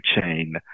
chain